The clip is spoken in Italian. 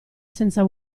senza